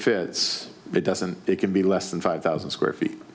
fits it doesn't it can be less than five thousand square feet